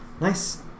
Nice